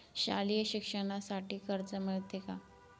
शालेय शिक्षणासाठी कर्ज मिळते का?